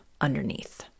underneath